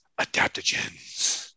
adaptogens